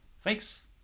Thanks